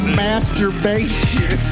masturbation